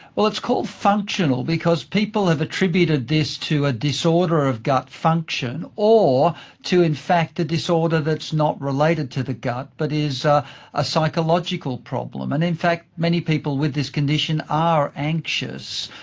well, it's called functional because people have attributed this to a disorder of gut function, or to in fact a disorder that is not related to the gut but is ah a psychological problem. and in fact many people with this condition are anxious.